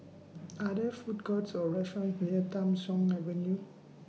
Are There Food Courts Or restaurants near Tham Soong Avenue